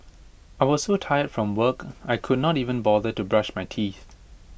I was so tired from work I could not even bother to brush my teeth